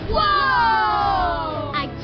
Whoa